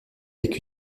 avec